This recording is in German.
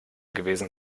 gewesen